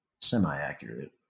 semi-accurate